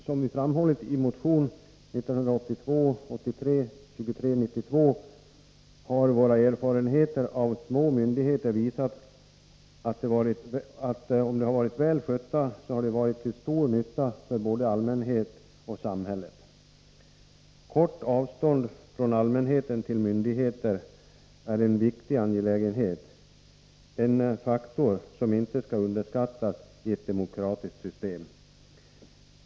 Som vi framhållit i motion 1982/83:2392 har våra erfarenheter av små myndigheter visat att de som har skötts väl har varit till stor nytta för både allmänhet och samhälle. Korta avstånd från allmänheten till myndigheter är en viktig angelägenhet — en faktor som inte skall underskattas i ett demokratiskt system.